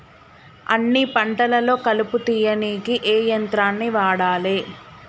అన్ని పంటలలో కలుపు తీయనీకి ఏ యంత్రాన్ని వాడాలే?